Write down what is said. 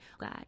God